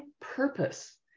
purpose